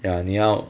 ya 你要